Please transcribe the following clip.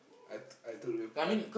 I I told him I